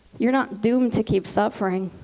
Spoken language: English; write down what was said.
you're not doomed to keep suffering.